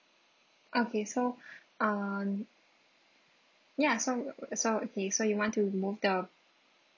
okay so uh ya so so the so you want to move the